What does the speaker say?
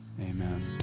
Amen